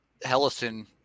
Hellison